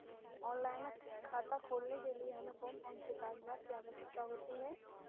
Online खाता खोलने के लिए हमें कौन कौन से कागजात की आवश्यकता होती है?